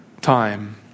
time